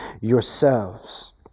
yourselves